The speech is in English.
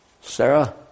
Sarah